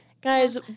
Guys